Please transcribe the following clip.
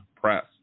press